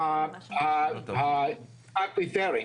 באקוויפרים,